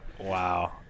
Wow